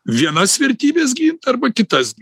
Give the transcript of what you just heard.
vienas vertybes gint arba kitas